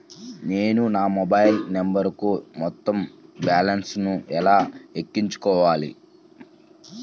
నేను నా మొబైల్ నంబరుకు మొత్తం బాలన్స్ ను ఎలా ఎక్కించుకోవాలి?